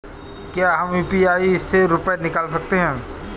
क्या हम यू.पी.आई से रुपये निकाल सकते हैं?